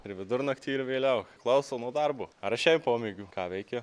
ir vidurnaktį ir vėliau klauso nuo darbo ar šiaip pomėgių ką veikiu